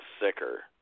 sicker